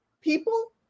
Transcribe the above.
people